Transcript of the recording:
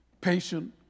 Patient